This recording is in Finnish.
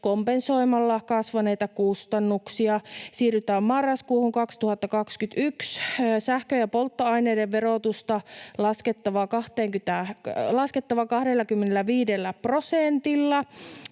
kompensoimalla kasvaneita kustannuksia. Siirrytään marraskuuhun 2021: Sähkön ja polttoaineiden verotusta laskettava 25 prosentilla.